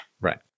right